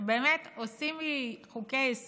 ובאמת עושים מחוקי-יסוד